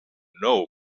know